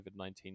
COVID-19